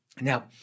now